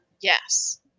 Yes